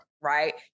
right